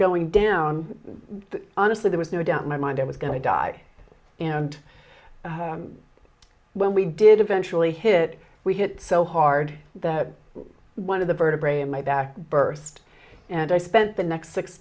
going down honestly there was no doubt in my mind i was going to die and when we did eventually hit we hit so hard that one of the vertebrae in my back burst and i spent the next six